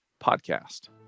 podcast